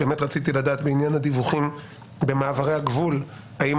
באמת רציתי לדעת בעניין הדיווחים במעברי הגבול האם